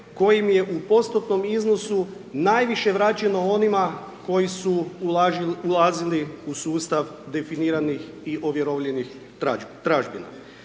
kojim je u postotnom iznosu najviše vraćeno onima koji su ulazili u sustav definiranih i ovjerovljenih tražbina.